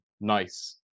nice